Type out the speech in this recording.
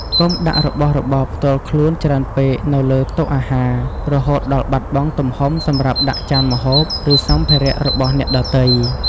កុំដាក់របស់របរផ្ទាល់ខ្លួនច្រើនពេកនៅលើតុអាហារ រហូតដល់បាត់បង់ទំហំសម្រាប់ដាក់ចានម្ហូប ឬសម្ភារៈរបស់អ្នកដទៃ។